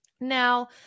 Now